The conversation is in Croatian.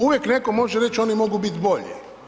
Uvijek netko može reći, oni mogu biti bolji.